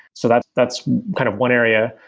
so that's that's kind of one area.